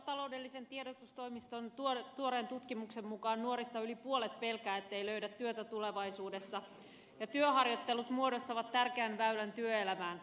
taloudellisen tiedotustoimiston tuoreen tutkimuksen mukaan nuorista yli puolet pelkää ettei löydä työtä tulevaisuudessa ja työharjoittelut muodostavat tärkeän väylän työelämään